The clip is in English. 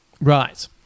Right